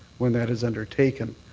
when that is undertaken.